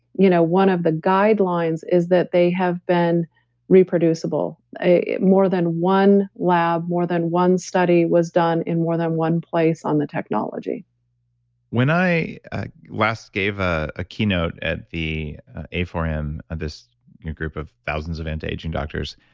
you know one of the guidelines is that they have been reproducible, more than one lab, more than one study was done in more than one place on the technology when i last gave ah a keynote at the a four m, this group of thousands of anti-aging doctors.